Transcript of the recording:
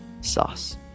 Sauce